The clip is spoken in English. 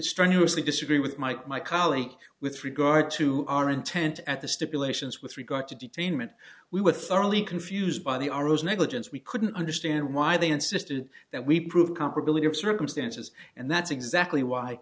strenuously disagree with mike my colleague with regard to our intent at the stipulations with regard to detainment we were thoroughly confused by the hour was negligence we couldn't understand why they insisted that we prove comparability of circumstances and that's exactly why